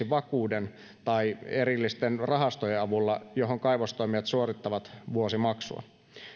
vakuuden tai erillisten rahastojen avulla joihin kaivostoimijat suorittavat vuosimaksua